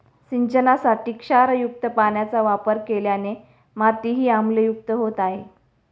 सिंचनासाठी क्षारयुक्त पाण्याचा वापर केल्याने मातीही आम्लयुक्त होत आहे